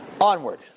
Onward